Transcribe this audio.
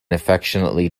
affectionately